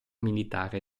militare